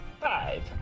Five